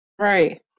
right